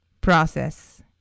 process